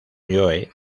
joe